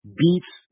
beats